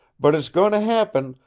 but it's goin' to happen,